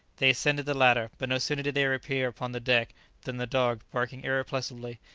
they ascended the ladder, but no sooner did they reappear upon the deck than the dog, barking irrepressibly,